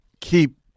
keep